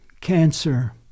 cancer